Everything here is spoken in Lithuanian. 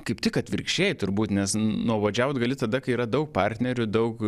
kaip tik atvirkščiai turbūt nes nuobodžiaut gali tada kai yra daug partnerių daug